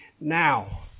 now